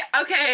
okay